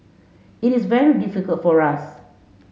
it is very difficult for us